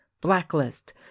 blacklist